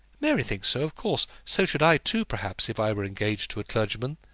mary thinks so, of course. so should i too, perhaps, if i were engaged to a clergyman.